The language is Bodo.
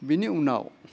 बिनि उनाव